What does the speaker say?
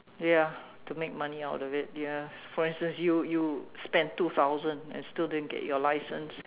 ya to make money out of it ya for instance you you spend two thousand and still didn't get your license